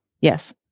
Yes